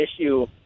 issue